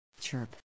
Chirp